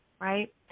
Right